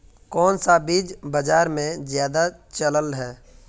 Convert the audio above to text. कोन सा बीज बाजार में ज्यादा चलल है?